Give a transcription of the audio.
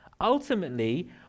ultimately